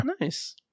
Nice